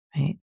Right